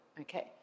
okay